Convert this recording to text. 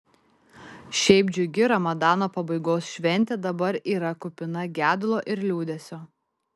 šiaip džiugi ramadano pabaigos šventė dabar yra kupina gedulo ir liūdesio